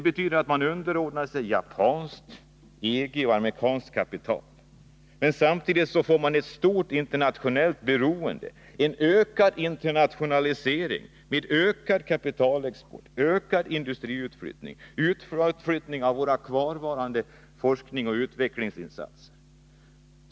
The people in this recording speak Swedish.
Samtidigt som man underordnar sig japanskt kapital, EG-kapital och amerikanskt kapital får man stort internationellt beroende — en ökad internationalisering, med ökad kapitalexport, ökad industriutflyttning, utflyttning av våra kvarvarande forskningsoch utvecklingsresurser.